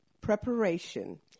preparation